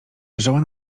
leżała